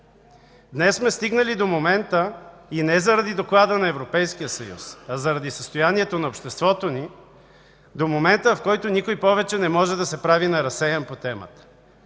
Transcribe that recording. Днес сме стигнали, и не заради доклада на Европейския съюз, а заради състоянието на обществото ни, до момента, в който никой повече не може да се прави на разсеян по темата.